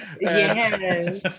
Yes